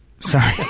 Sorry